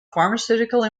pharmaceutical